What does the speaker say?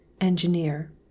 Engineer